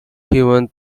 human